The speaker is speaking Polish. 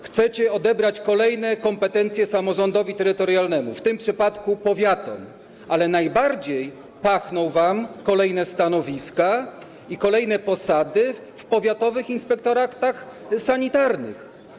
Chcecie odebrać kolejne kompetencje samorządowi terytorialnemu, w tym przypadku powiatom, ale najbardziej pachną wam kolejne stanowiska i kolejne posady w powiatowych inspektoratach sanitarnych.